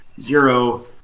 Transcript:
zero